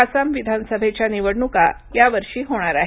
आसाम विधानसभेच्या निवडणुकायावर्षी होणार आहेत